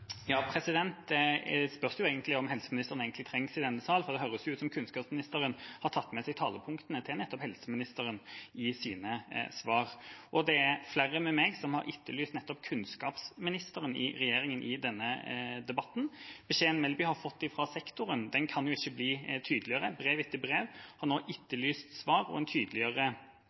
egentlig om helseministeren trengs i denne salen, for det høres ut som om kunnskapsministeren har tatt med seg talepunktene til nettopp helseministeren i sine svar. Det er flere med meg som har etterlyst nettopp kunnskapsministeren i regjeringa i denne debatten. Beskjeden Melby har fått fra sektoren, kan ikke bli tydeligere: I brev etter brev har en nå etterlyst svar og en